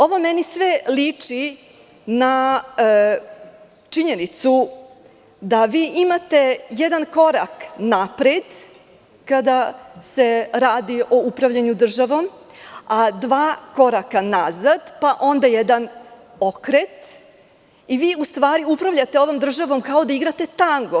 Ovo meni sve liči na činjenicu da vi imate jedan korak napred kada se radi o upravljanju državom, a dva koraka nazad, pa onda jedan okret i vi ustvari upravljate ovom državom kao da igrate tango.